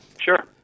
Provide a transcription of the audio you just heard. Sure